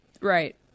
Right